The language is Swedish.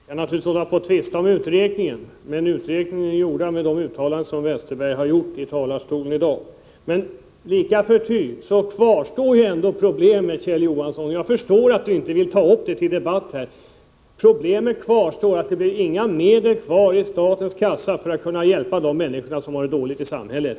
Herr talman! Vi kan naturligtvis tvista om uträkningen, men den är gjord på grundval av de uttalanden Westerberg har gjort från talarstolen i dag. Icke förty kvarstår problemet — jag förstår att han inte vill ta upp det till debatt, Kjell Johansson — att det inte blir några medel kvar i statskassan för att hjälpa de människor som har det dåligt i samhället.